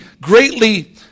greatly